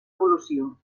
evolució